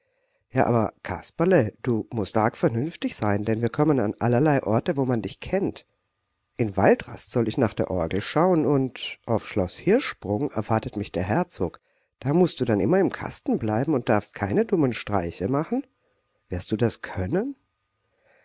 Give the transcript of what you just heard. ja aber kasperle du mußt arg vernünftig sein denn wir kommen an allerlei orte wo man dich kennt in waldrast soll ich nach der orgel schauen und auf schloß hirschsprung erwartet mich der herzog da mußt du dann immer im kasten bleiben und darfst keine dummen streiche machen wirst du das können